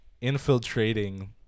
infiltrating